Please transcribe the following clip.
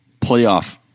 playoff